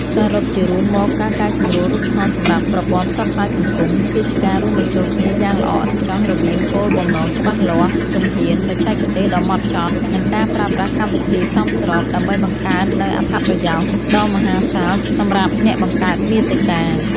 សរុបជារួមមក ការកែសម្រួលរូបថតសម្រាប់ប្រព័ន្ធផ្សព្វផ្សាយសង្គម គឺជាការរួមបញ្ចូលគ្នាយ៉ាងល្អឥតខ្ចោះរវាង គោលបំណងច្បាស់លាស់ ជំហ៊ាន បច្ចេកទេសដ៏ម៉ត់ចត់ និងការប្រើប្រាស់កម្មវិធីសមស្រប ដើម្បីបង្កើតនូវអត្ថប្រយោជន៍ ដ៏មហាសាលសម្រាប់អ្នកបង្កើតមាតិកា។